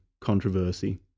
controversy